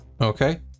Okay